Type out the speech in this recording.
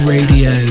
Radio